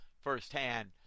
firsthand